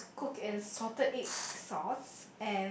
it was cooked in salted egg sauce